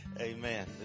amen